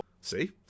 See